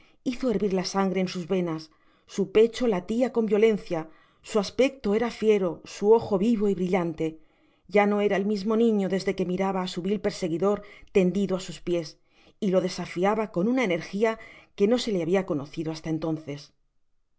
hizo hervir la sangre en sus venas su pecho latia con violencia su aspecto era fiero su ojo vivo y brillante ya no era el mismo niño desde que miraba á su vil perseguidor tendido á sus piés y lo desafiaba con una enerjia que no se le habia conocido hasta entonces